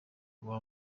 guha